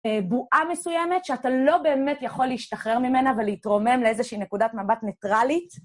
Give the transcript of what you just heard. בועה מסוימת שאתה לא באמת יכול להשתחרר ממנה ולהתרומם לאיזושהי נקודת מבט ניטרלית.